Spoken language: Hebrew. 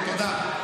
תודה.